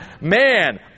man